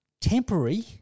temporary